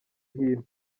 hino